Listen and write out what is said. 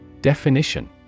Definition